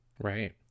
right